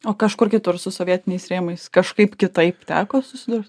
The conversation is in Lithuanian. o kažkur kitur su sovietiniais rėmais kažkaip kitaip teko susidurt